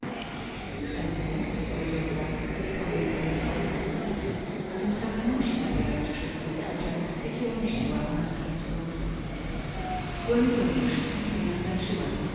system mój odpowiedział velasquez obejmuje całą naturę a tem samem musi zawierać wszelkie uczucia jakie ta umieściła w sercu ludzkiem zgłębiłem je wszystkie i oznaczyłem